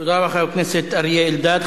תודה לחבר הכנסת אריה אלדד.